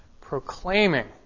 proclaiming